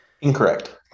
Incorrect